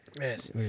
Yes